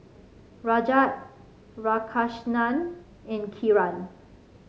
Rajat Radhakrishnan and Kiran